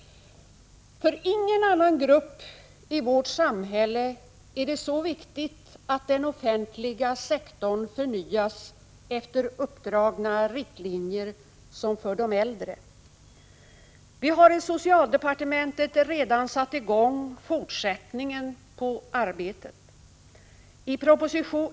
För ingen annan grupp i vårt samhälle är det så viktigt att den offentliga sektorn förnyas efter uppdragna riktlinjer som för de äldre. Vi har i socialdepartementet redan satt i gång fortsättningen på det här arbetet.